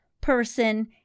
person